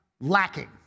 lacking